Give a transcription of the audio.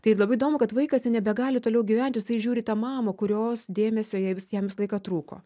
tai ir labai įdomu kad vaikas jau nebegali toliau gyvent jisai žiūri į tą mamą kurios dėmesio jai vis jam visą laiką trūko